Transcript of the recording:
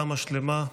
ולרפואתם השלמה.